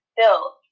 build